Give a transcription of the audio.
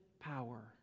power